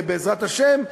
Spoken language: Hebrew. בעזרת השם,